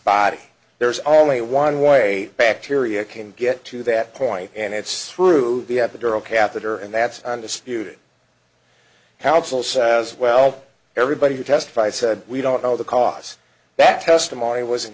body there's only one way bacteria can get to that point and it's through the epidural catheter and that's undisputed housel says well everybody who testified said we don't know the cost that testimony was in